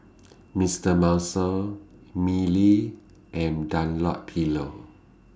Mister Muscle Mili and Dunlopillo